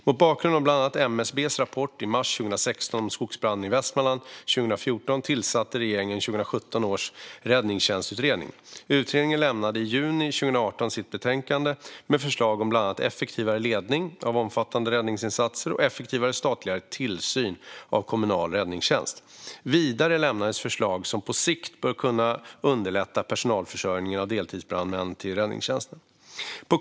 Mot bakgrund av bland annat MSB:s rapport i mars 2016 om skogsbranden i Västmanland 2014 tillsatte regeringen 2017 års räddningstjänstutredning. Utredningen lämnade i juni 2018 sitt betänkande med förslag om bland annat effektivare ledning av omfattande räddningsinsatser och effektivare statlig tillsyn av kommunal räddningstjänst. Vidare lämnades förslag som på sikt bör kunna underlätta personalförsörjningen av deltidsbrandmän till räddningstjänsterna.